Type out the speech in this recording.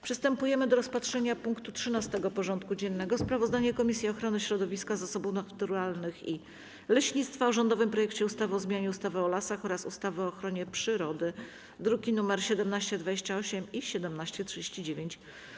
Przystępujemy do rozpatrzenia punktu 13. porządku dziennego: Sprawozdanie Komisji Ochrony Środowiska, Zasobów Naturalnych i Leśnictwa o rządowym projekcie ustawy o zmianie ustawy o lasach oraz ustawy o ochronie przyrody (druki nr 1728 i 1739)